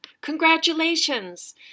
Congratulations